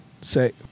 say